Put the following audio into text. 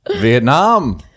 Vietnam